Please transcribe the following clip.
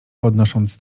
podnosząc